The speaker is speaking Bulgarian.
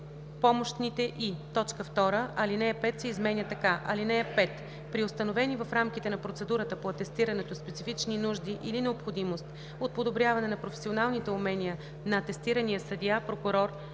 „помощните и“. 2. Алинея 5 се изменя така: „(5) При установени в рамките на процедурата по атестирането специфични нужди или необходимост от подобряване на професионалните умения на атестирания съдия, прокурор